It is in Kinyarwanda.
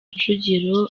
rujugiro